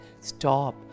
stop